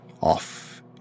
off